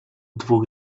dwóch